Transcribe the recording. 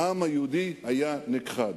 העם היהודי היה נכחד.